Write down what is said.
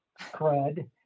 crud